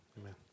Amen